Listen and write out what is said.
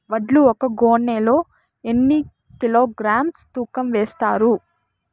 వడ్లు ఒక గోనె లో ఎన్ని కిలోగ్రామ్స్ తూకం వేస్తారు?